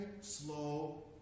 slow